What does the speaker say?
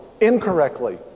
incorrectly